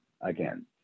again